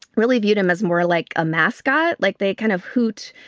really viewed him as more like a mascot. like they kind of hoot.